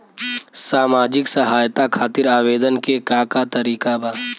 सामाजिक सहायता खातिर आवेदन के का तरीका बा?